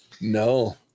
No